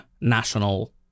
national